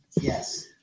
Yes